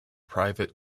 private